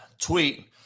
tweet